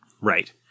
Right